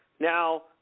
Now